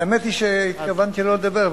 האמת היא שהתכוונתי לא לדבר,